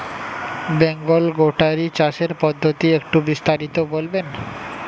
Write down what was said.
বেঙ্গল গোটারি চাষের পদ্ধতি একটু বিস্তারিত বলবেন?